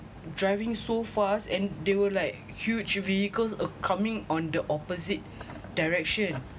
driving so fast and they were like huge vehicles are coming on the opposite direction